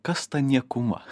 kas ta niekuma